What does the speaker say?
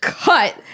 cut